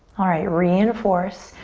alright, reinforce,